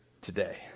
today